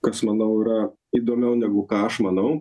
kas manau yra įdomiau negu ką aš manau